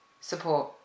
support